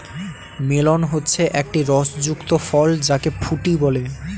melon হচ্ছে একটি রস যুক্ত ফল যাকে ফুটি বলে